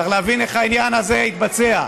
צריך להבין איך העניין הזה התבצע.